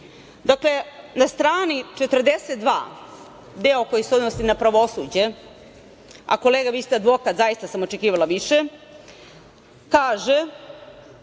Dakle, na strani 42, deo koji se odnosi na pravosuđe, a kolega vi ste advokat, zaista sam očekivala više, kaže,